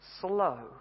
slow